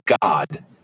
God